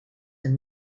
een